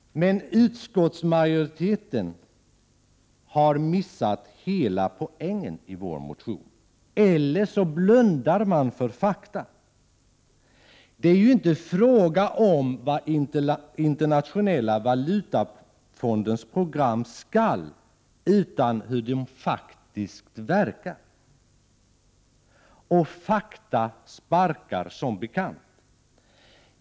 Men utskottsmajoriteten har missat hela poängen i vår motion, eller så blundar man för fakta. Det är inte fråga om vad IMF:s program ”skall” åstadkomma, utan om hur de faktiskt verkar. Och fakta sparkar, som bekant.